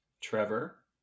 Trevor